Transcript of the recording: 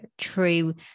true